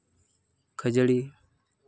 ᱠᱷᱟᱹᱡᱟᱹᱲᱤ